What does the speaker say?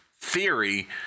theory